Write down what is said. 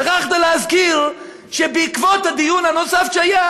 ושכחת להזכיר שבעקבות הדיון הנוסף שהיה